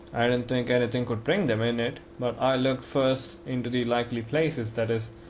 i don't think anything could bring them in it but i looked first into the likely places, that is,